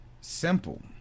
simple